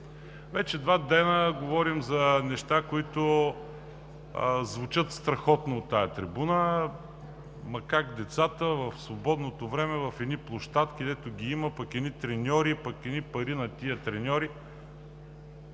Вече два дни говорим за неща, които звучат страхотно от тази трибуна – как децата в свободното време, в едни площадки дето ги има, пък едни треньори, пък едни пари на тези треньори.